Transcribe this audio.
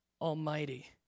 Almighty